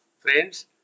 Friends